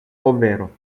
ovvero